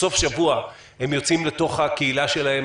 בסוף השבוע הם יוצאים לתוך הקהילה שלהם.